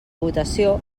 votació